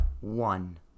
one